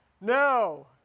No